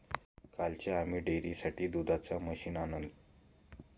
कालच आम्ही डेअरीसाठी दुधाचं मशीन आणलं